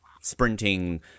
sprinting